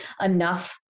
enough